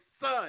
son